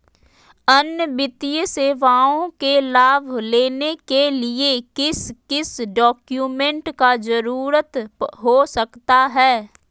अन्य वित्तीय सेवाओं के लाभ लेने के लिए किस किस डॉक्यूमेंट का जरूरत हो सकता है?